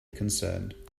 concerned